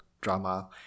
drama